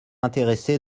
intéressés